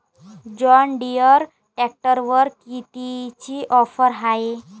John Deere ट्रॅक्टरवर कितीची offer हाये?